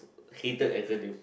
hated acronym